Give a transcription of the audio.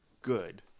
good